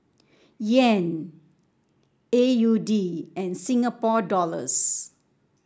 Yen A U D and Singapore Dollars